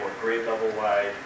grade-level-wide